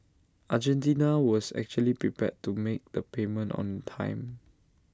Argentina was actually prepared to make the payment on time